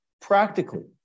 Practically